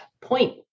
point